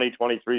2023